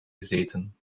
gezeten